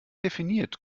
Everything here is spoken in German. definiert